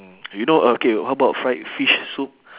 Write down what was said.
mm you know okay how about fried fish soup